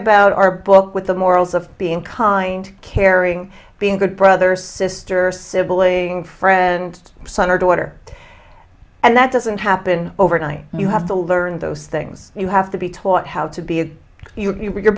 about our book with the morals of being kind caring being a good brother sister sibling friend son or daughter and that doesn't happen overnight you have to learn those things you have to be taught how to be if you're